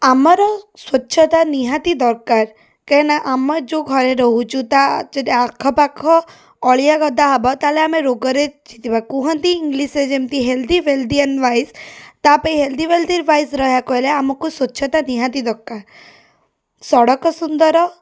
ଆମର ସ୍ୱଚ୍ଛତା ନିହାତି ଦରକାର କାହିଁକିନା ଆମେ ଯେଉଁ ଘରେ ରହୁଛୁ ତାହା ଯଦି ଆଖପାଖ ଅଳିଆ ଗଦା ହବ ତାହେଲେ ଆମେ ରୋଗରେ କୁହନ୍ତି ଇଂଲିଶ୍ରେ ଯେମିତି ହେଲ୍ଦି ୱେଲ୍ଦି ଆଣ୍ଡ୍ ଲାଇଫ୍ ତା' ପାଇଁ ହେଲ୍ଦି ୱେଲ୍ଦି ୱାଈଜ୍ ରହିବାକୁ ହେଲେ ଆମକୁ ସ୍ୱଚ୍ଛତା ନିହାତି ଦରକାର ସଡ଼କ ସୁନ୍ଦର